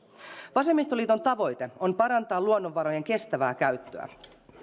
vasemmistoliiton tavoite on parantaa luonnonvarojen kestävää käyttöä